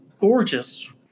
gorgeous